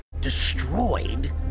Destroyed